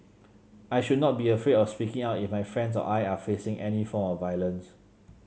I should not be afraid of speaking out if my friends or I are facing any form of violence